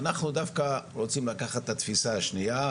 אנחנו דווקא רוצים לקחת את התפיסה השנייה,